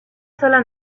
sola